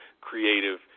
creative